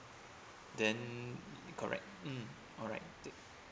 then correct mm alright